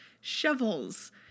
shovels